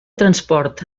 transport